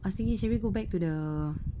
I was thinking should we go back to the